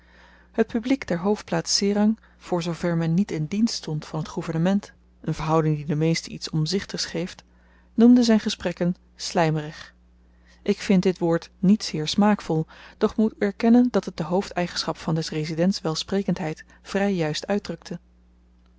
het publiek der hoofdplaats serang voor zoo ver men niet in dienst stond van t gouvernement een verhouding die den meesten iets omzichtigs geeft noemde zyn gesprekken slymerig ik vind dit woord niet zeer smaakvol doch moet erkennen dat het de hoofdeigenschap van des residents welsprekendheid vry juist uitdrukte